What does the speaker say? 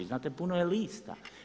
Znate puno je lista.